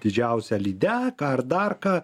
didžiausią lydeką ar dar ką